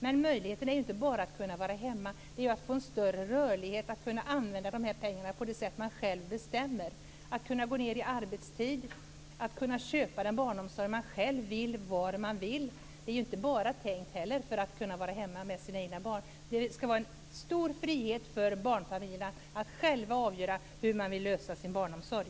Det gäller dock inte bara möjligheten att vara hemma, utan det gäller också att få en större rörlighet - att kunna använda de här pengarna på det sätt som man själv bestämmer. Det handlar om att kunna gå ned i arbetstid och om var man vill kunna köpa den barnomsorg som man själv vill ha. Det här är ju inte bara tänkt för att man skall kunna vara hemma med egna barn, utan det är tänkt att det skall vara en stor frihet för barnfamiljerna att själva avgöra hur de vill lösa sin barnomsorg.